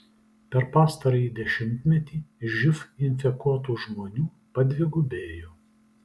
per pastarąjį dešimtmetį živ infekuotų žmonių padvigubėjo